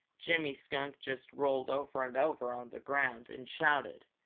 jimmy skunk just rolled over and over on the ground and shouted,